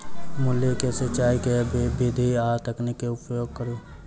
मूली केँ सिचाई केँ के विधि आ तकनीक केँ उपयोग करू?